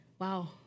Wow